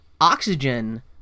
Oxygen